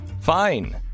Fine